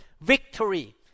victory